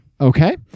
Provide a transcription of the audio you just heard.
Okay